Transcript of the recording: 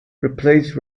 replaced